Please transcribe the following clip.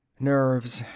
nerves.